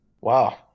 Wow